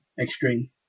extreme